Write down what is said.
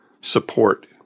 support